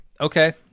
Okay